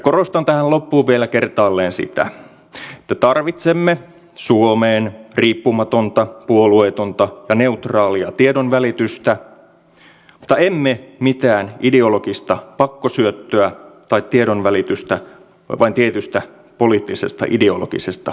korostan tähän loppuun vielä kertaalleen sitä että tarvitsemme suomeen riippumatonta puolueetonta ja neutraalia tiedonvälitystä mutta emme mitään ideologista pakkosyöttöä tai tiedonvälitystä vain tietystä poliittisesta ideologisesta näkökulmasta